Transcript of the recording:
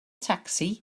tacsi